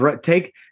take